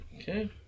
Okay